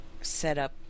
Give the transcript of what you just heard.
setup